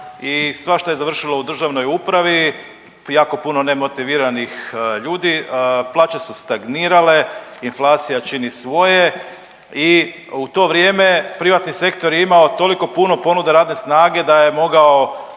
svašta je završilo u državnoj upravi. Jako puno nemotiviranih ljudi, plaće su stagnirale, inflacija čini svoje i u to vrijeme privatni sektor je imao toliko puno ponuda radne snage da je mogao